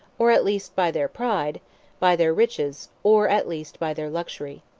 or at least by their pride by their riches, or at least by their luxury.